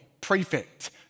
prefect